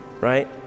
right